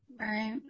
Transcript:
Right